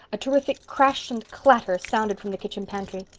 a terrific crash and clatter sounded from the kitchen pantry.